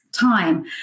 time